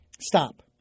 stop